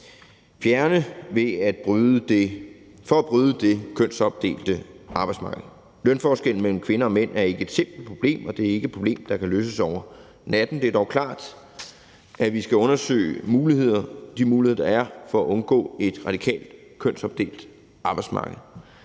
fjerne for at bryde det kønsopdelte arbejdsmarked. Lønforskellen mellem kvinder og mænd er ikke et simpelt problem, og det er ikke et problem, der kan løses over natten. Det er dog klart, at vi skal undersøge de muligheder, der er, for at undgå et radikalt kønsopdelt arbejdsmarked.